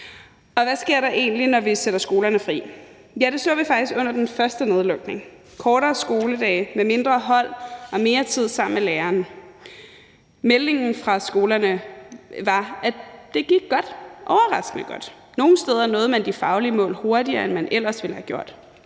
Og hvad sker der egentlig, når vi sætter skolerne fri? Ja, det så vi faktisk under den første nedlukning: kortere skoledage med mindre hold og mere tid sammen med læreren. Meldingen fra skolerne var, at det gik godt, overraskende godt. Nogle steder nåede man de faglige mål hurtigere, end man ellers ville have gjort.